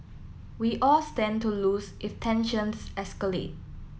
we all stand to lose if tensions escalate